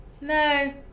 No